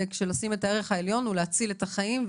לשים את הערך העליון ולהציל את החיים,